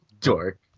Dork